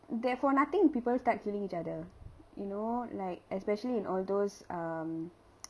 that for nothing people start killing each other you know like especially in all those um